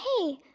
hey